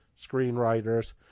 screenwriters